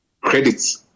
credits